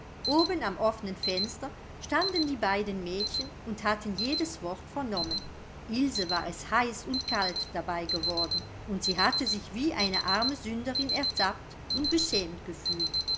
oben am offnen fenster standen die beiden mädchen und hatten jedes wort vernommen ilse war es heiß und kalt dabei geworden und sie hatte sich wie eine arme sünderin ertappt und beschämt gefühlt